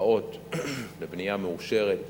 תב"עות לבנייה מאושרת,